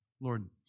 Lord